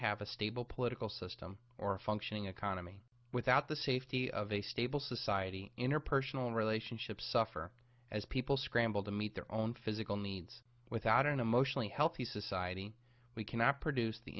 have a stable political system or a functioning economy without the safety of a stable society interpersonal relationships suffer as people scramble to meet their own physical needs without an emotionally healthy society we cannot produce the